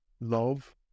love